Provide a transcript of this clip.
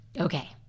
Okay